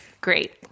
Great